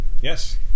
Yes